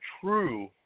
true